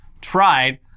tried